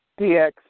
DX